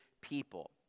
people